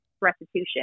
restitution